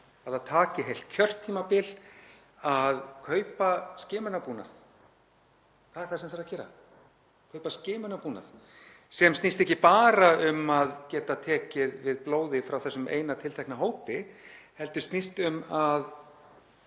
Að það taki heilt kjörtímabil að kaupa skimunarbúnað — það er það sem þarf að gera, kaupa skimunarbúnað, og það snýst ekki bara um að geta tekið við blóði frá þessum eina tiltekna hópi heldur snýst um að